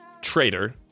Traitor